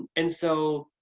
and so